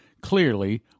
clearly